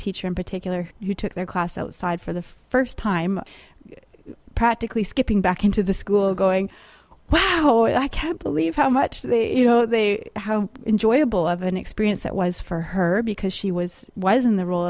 teacher in particular who took their class outside for the first time practically skipping back into the school going wow i can't believe how much they you know they how enjoyable of an experience that was for her because she was was in the role